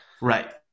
Right